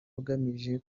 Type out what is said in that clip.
ugamije